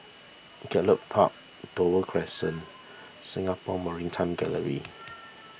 Gallop Park Dover Crescent Singapore Maritime Gallery